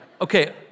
okay